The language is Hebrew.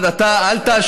כל אחד, אתה, אל תאשים.